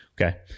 Okay